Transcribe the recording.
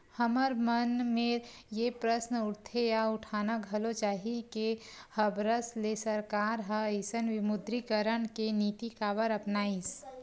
हमर मन मेर ये प्रस्न उठथे या उठाना घलो चाही के हबरस ले सरकार ह अइसन विमुद्रीकरन के नीति काबर अपनाइस?